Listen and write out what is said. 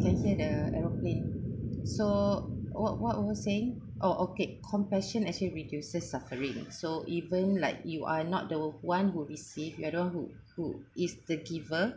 can hear the aeroplane so what what were saying oh okay compassion actually reduces suffering so even like you are not the one who receive you're the one who who is the giver